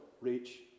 reach